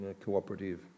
cooperative